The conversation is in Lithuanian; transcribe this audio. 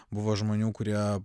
buvo žmonių kurie